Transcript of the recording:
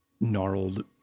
gnarled